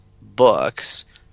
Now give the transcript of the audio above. books